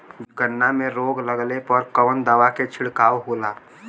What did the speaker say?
गन्ना में रोग लगले पर कवन दवा के छिड़काव होला?